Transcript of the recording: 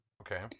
Okay